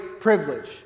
privilege